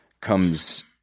comes